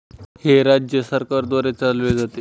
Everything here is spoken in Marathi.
हे राज्य सरकारद्वारे चालविले जाते